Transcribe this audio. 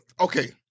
okay